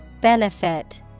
Benefit